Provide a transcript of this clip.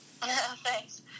Thanks